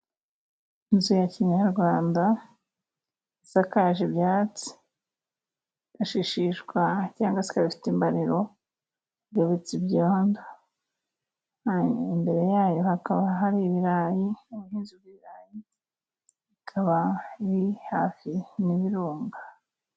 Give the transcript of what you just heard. Inzu ya kinyarwanda isakaje ibyatsi, igashishishwa cyangwa se ikaba ifite imbariro z'ibiti n'ibyondo. Imbere yayo hakaba hari ibirayi, ubuhinzi bw'ibirayi, bikaba biri hafi n'ibirunga.